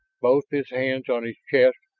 both his hands on his chest,